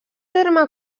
terme